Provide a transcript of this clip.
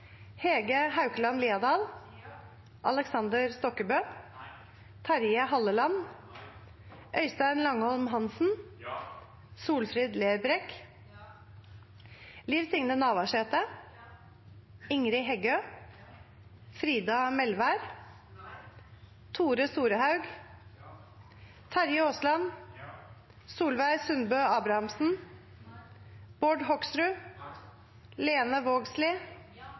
Hege Haukeland Liadal, Øystein Langholm Hansen, Solfrid Lerbrekk, Liv Signe Navarsete, Ingrid Heggø, Tore Storehaug, Terje Aasland, Lene Vågslid,